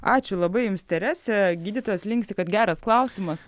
ačiū labai jums terese gydytojas linksi kad geras klausimas